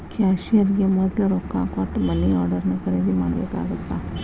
ಕ್ಯಾಶಿಯರ್ಗೆ ಮೊದ್ಲ ರೊಕ್ಕಾ ಕೊಟ್ಟ ಮನಿ ಆರ್ಡರ್ನ ಖರೇದಿ ಮಾಡ್ಬೇಕಾಗತ್ತಾ